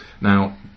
Now